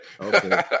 Okay